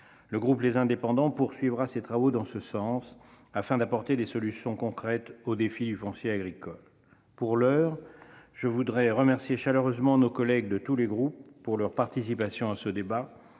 Le groupe Les Indépendants poursuivra ses travaux dans ce sens afin d'apporter des solutions concrètes aux défis du foncier agricole. Pour l'heure, je voudrais remercier chaleureusement nos collègues de tous les groupes pour leur participation à ce débat.